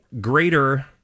greater